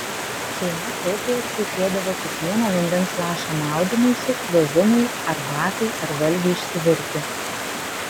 šeima taupiai atseikėdavo kiekvieną vandens lašą maudymuisi plovimui arbatai ar valgiui išsivirti